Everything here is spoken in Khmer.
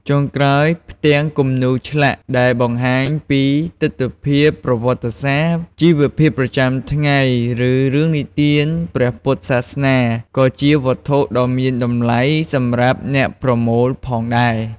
ចុងក្រោយ ផ្ទាំងគំនូរឆ្លាក់ ដែលបង្ហាញពីទិដ្ឋភាពប្រវត្តិសាស្ត្រ ជីវភាពប្រចាំថ្ងៃ ឬរឿងនិទានព្រះពុទ្ធសាសនា ក៏ជាវត្ថុដ៏មានតម្លៃសម្រាប់អ្នកប្រមូលផងដែរ។